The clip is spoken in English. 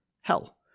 Hell